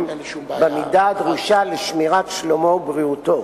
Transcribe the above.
במידה הדרושה לשמירת שלומו ובריאותו.